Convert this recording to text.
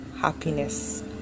happiness